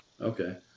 Okay